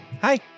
Hi